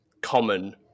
common